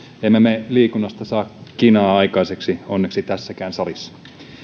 emme me liikunnasta saa kinaa aikaiseksi onneksi tässäkään salissa